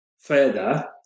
further